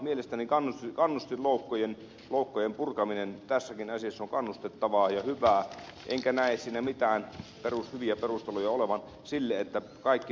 mielestäni kannustinloukkojen purkaminen tässäkin asiassa on kannustettavaa ja hyvää enkä näe siinä mitään hyviä perusteluja olevan sille että kaikki mahdolliset kauhukuvat kaivetaan esille tässä yhteydessä